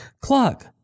clock